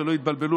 שלא יתבלבלו,